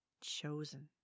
chosen